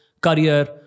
career